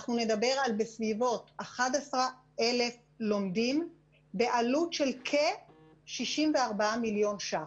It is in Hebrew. אנחנו נדבר על בסביבות 11,000 לומדים בעלות של כ-64 מיליון שקלים.